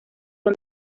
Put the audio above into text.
son